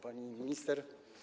Pani Minister!